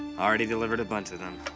already delivered a bunch of them.